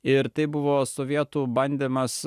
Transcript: ir tai buvo sovietų bandymas